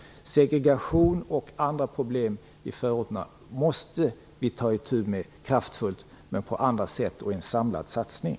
Segregation och andra problem i förorterna måste vi ta itu med kraftfullt, men på andra sätt och i en samlad satsning.